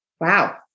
Wow